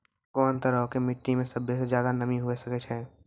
कोन तरहो के मट्टी मे सभ्भे से ज्यादे नमी हुये सकै छै?